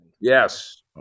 yes